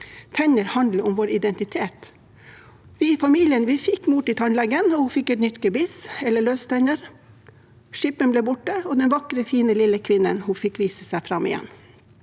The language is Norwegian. Tenner handler om identitet. Vi i familien fikk mor til tannlegen, og hun fikk et nytt gebiss, eller løstenner. Skipper’n ble borte, og den vakre og fine lille kvinnen fikk vise seg fram igjen.